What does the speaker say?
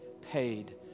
paid